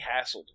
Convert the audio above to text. hassled